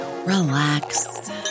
Relax